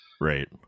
right